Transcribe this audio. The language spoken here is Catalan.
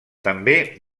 també